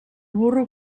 burro